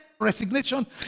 resignation